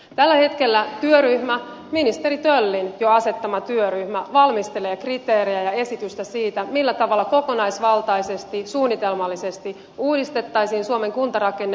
tällä hetkellä työryhmä jo ministeri töllin asettama työryhmä valmistelee kriteerejä ja esitystä siitä millä tavalla kokonaisvaltaisesti suunnitelmallisesti uudistettaisiin suomen kuntarakenne